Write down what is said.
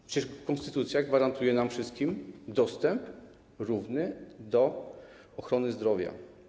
A przecież konstytucja gwarantuje nam wszystkim dostęp równy do ochrony zdrowia.